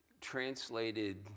translated